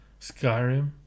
Skyrim